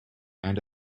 and